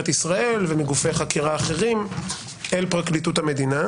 ישראל ומגופי חקירה אחרים אל פרקליטות המדינה,